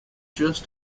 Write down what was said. just